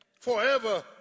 forever